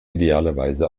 idealerweise